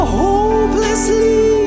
hopelessly